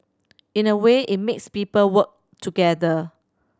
in a way it makes people work together